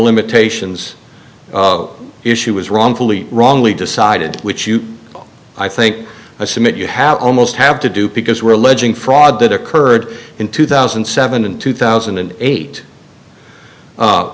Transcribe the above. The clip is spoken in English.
limitations issue was wrongfully wrongly decided which you will i think i submit you have almost have to do because we're alleging fraud that occurred in two thousand and seven and two thousand and eight